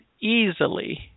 easily